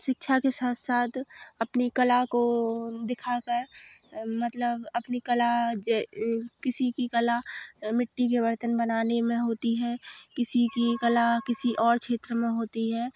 शिक्षा के साथ साथ अपनी कला को दिखाकर मतलब अपनी कला जए किसी की कला मिट्टी के बर्तन बनाने में होती है किसी की कला किसी और क्षेत्र में होती है